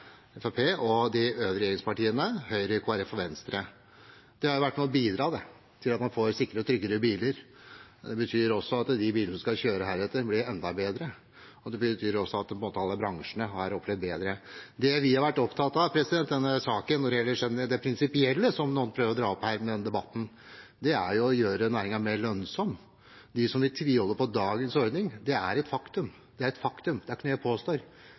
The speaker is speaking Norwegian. og de øvrige regjeringspartiene: Høyre, Kristelig Folkeparti og Venstre. Det har vært med på å bidra til at man får sikrere og tryggere biler. Det betyr at de bilene som skal kjøre heretter, blir enda bedre, og det betyr også at bransjene her blir bedre. Det vi har vært opptatt av i denne saken når det gjelder det prinsipielle, som noen prøver å dra opp i denne debatten, er å gjøre næringen mer lønnsom. For dem som vil tviholde på dagens ordning: Det er et faktum,